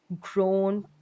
grown